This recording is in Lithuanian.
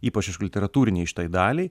ypač aišku literatūrinei šitai daliai